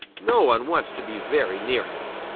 no one wants to be very near him.